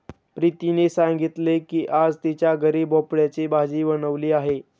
प्रीतीने सांगितले की आज तिच्या घरी भोपळ्याची भाजी बनवली आहे